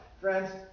Friends